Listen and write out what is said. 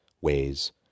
ways